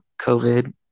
covid